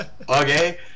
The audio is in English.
okay